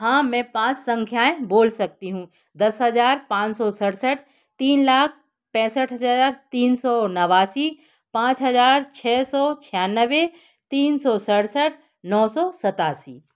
हाँ मैं पाँच संख्याएँ बोल सकती हूँ दस हज़ार पाँच सौ सड़सठ तीन लाख पैंसठ हज़ार तीन सौ नवासी पाँच हज़ार छ सौ छियानवे तीन सौ सड़सठ नौ सौ सतासी